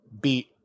beat